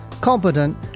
competent